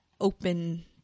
open